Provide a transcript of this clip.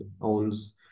owns